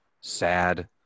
sad